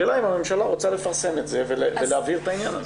השאלה אם הממשלה רוצה לפרסם את זה ולהעביר את העניין הזה.